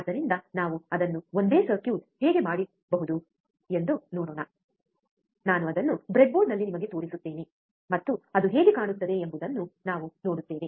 ಆದ್ದರಿಂದ ನಾವು ಅದನ್ನು ಒಂದೇ ಸರ್ಕ್ಯೂಟ್ ಹೇಗೆ ಮಾಡಬಹುದೆಂದು ನೋಡೋಣ ನಾನು ಅದನ್ನು ಬ್ರೆಡ್ಬೋರ್ಡ್ನಲ್ಲಿ ನಿಮಗೆ ತೋರಿಸುತ್ತೇನೆ ಮತ್ತು ಅದು ಹೇಗೆ ಕಾಣುತ್ತದೆ ಎಂಬುದನ್ನು ನಾವು ನೋಡುತ್ತೇವೆ